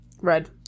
Red